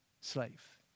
slave